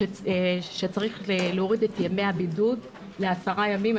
שצריך להוריד את ימי הבידוד לעשרה ימים.